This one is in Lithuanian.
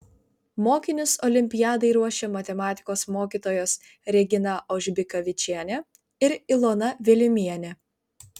mokinius olimpiadai ruošė matematikos mokytojos regina aužbikavičienė ir ilona vilimienė